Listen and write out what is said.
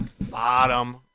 bottom